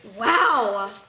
Wow